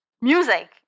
music